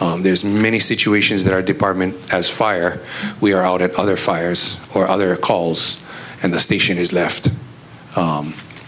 available there's many situations that our department has fire we are out at other fires or other calls and the station is left